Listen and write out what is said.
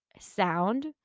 sound